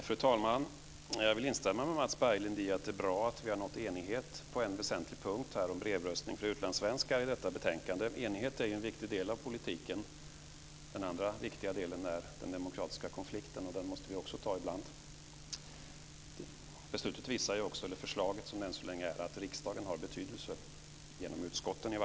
Fru talman! Jag vill instämma med Mats Berglind i att det är bra att vi har nått enighet på en väsentlig punkt i detta betänkande, om brevröstning för utlandssvenskar. Enighet är en viktig del av politiken. Den andra viktiga delen är den demokratiska konflikten. Den måste vi också ta ibland. Förslaget visar också att riksdagen har betydelse i varje fall genom utskotten.